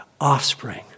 offspring